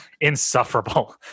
insufferable